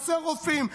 חסרים רופאים,